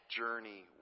journey